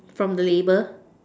from the label